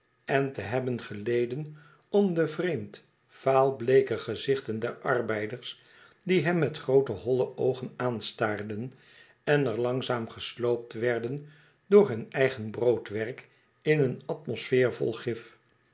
en te hebben geleden om de vreemd vaal bleeke gezichten der arbeiders die hem met groote holle oogen aanstaarden en er langzaam gesloopt werden door hun eigen broodwerk in een atmosfeer vol gif